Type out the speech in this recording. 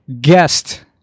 guest